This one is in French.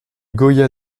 goya